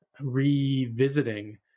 revisiting